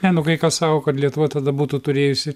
ne nu kai kas sako kad lietuva tada būtų turėjusi